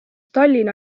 tallinna